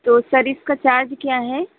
तो सर इसका चार्ज क्या है